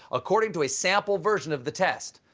according to a sample version of the test,